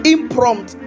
Imprompt